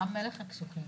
רם, מלך הקשוחים.